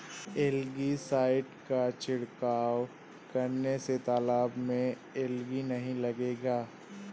algae side का छिड़काव करने से तालाब में एलगी नहीं लगेगा